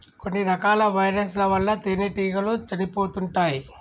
కొన్ని రకాల వైరస్ ల వల్ల తేనెటీగలు చనిపోతుంటాయ్